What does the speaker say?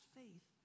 faith